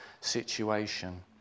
situation